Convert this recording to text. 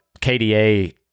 kda